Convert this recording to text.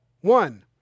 One